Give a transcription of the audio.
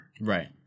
Right